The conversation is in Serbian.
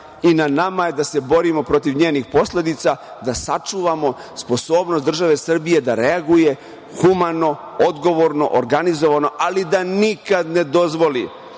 i na nama je da se borimo protiv njenih posledica, da sačuvamo sposobnost države Srbije da reaguje humano, odgovorno, organizovano, ali da nikad ne dozvoli